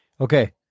Okay